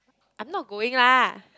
I'm not going lah